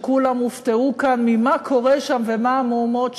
כשכולם הופתעו כאן ממה שקורה שם ומה המהומות שם.